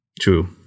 True